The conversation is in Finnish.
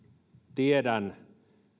tiedän